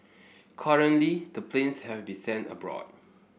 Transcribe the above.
currently the planes have to be sent abroad